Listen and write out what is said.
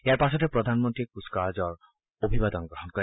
ইয়াৰ পাছতে প্ৰধানমন্ত্ৰীয়ে কূচকাৱাজৰ অভিবাদন গ্ৰহণ কৰে